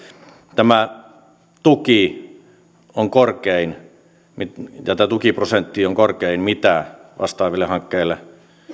tämä tuki on korkein ja tämä tukiprosentti on korkein mitä vastaaville hankkeille